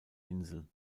insel